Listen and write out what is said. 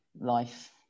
life